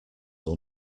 will